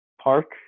Park